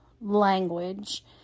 language